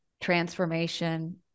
transformation